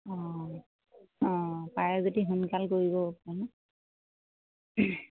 অঁ অঁ পাৰে যদি সোনকাল কৰিব অকমান